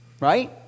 Right